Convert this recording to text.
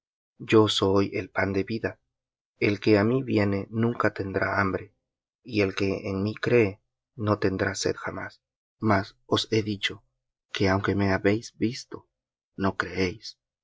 yo soy el pan de vida el que á mí viene nunca tendrá hambre y el que en mí cree no tendrá sed jamás mas os he dicho que aunque me habéis visto no creéis